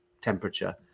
temperature